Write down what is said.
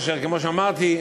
וכמו שאמרתי,